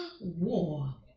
war